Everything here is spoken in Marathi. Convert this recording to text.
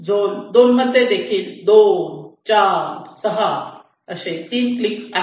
झोन 2 मध्ये 2 4 6 असे 3 क्लिक आहेत